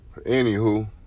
Anywho